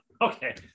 okay